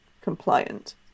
compliant